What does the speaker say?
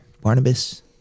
Barnabas